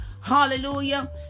Hallelujah